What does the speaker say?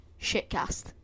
Shitcast